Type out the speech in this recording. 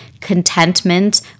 contentment